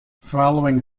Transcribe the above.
following